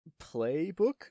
playbook